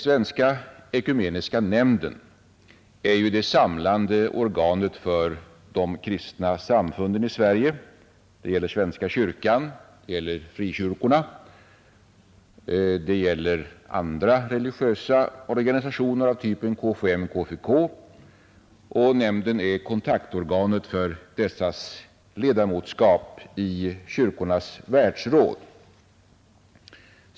Svenska ekumeniska nämnden är ju det samlande organet för de kristna samfunden i Sverige — det gäller svenska kyrkan, det gäller frikyrkorna, det gäller andra religiösa organisationer av typen KFUM och KFUK — och nämnden är kontaktorganet för dessas ledamotskap i Kyrkornas världsråd.